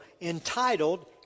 entitled